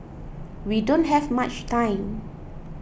we don't have much time